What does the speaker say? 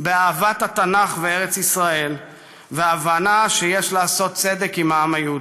באהבת התנ"ך וארץ ישראל ובהבנה שיש לעשות צדק עם העם היהודי.